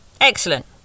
excellent